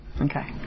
okay